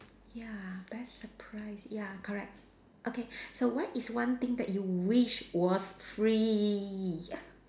ya best surprise ya correct okay so what is one thing that you wish was free